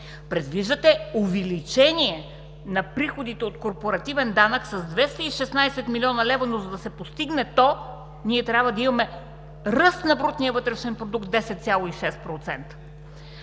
Предвиждате увеличение на приходите от корпоративен данък с 216 млн. лв., но за да се постигне то, ние трябва да имаме ръст на брутния вътрешен продукт 10,6%.